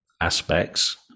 aspects